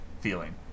feeling